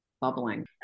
bubbling